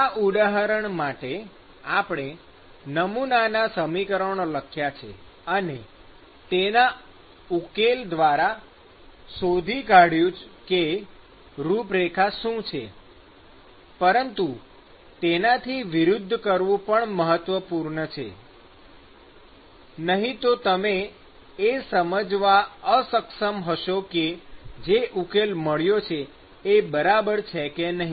આ ઉદાહરણ માટે આપણે નમૂના સમીકરણો લખ્યા છે અને તેના ઉકેલ દ્વારા શોધી કાઢયું કે રૂપરેખા શું છે પરંતુ તેનાથી વિરુદ્ધ કરવું પણ મહત્વપૂર્ણ છે નહીં તો તમે એ સમજવા અસક્ષમ હશો કે જે ઉકેલ મળ્યો છે એ બરાબર છે કે નહીં